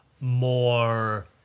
more